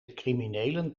criminelen